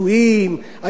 אני לא מדבר על התקציבים,